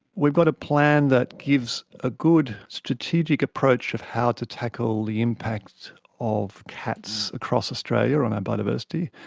we've got a plan that gives a good strategic approach of how to tackle the impacts of cats across australia on our biodiversity,